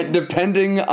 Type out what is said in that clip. depending